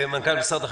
מנכ"ל משרד החקלאות,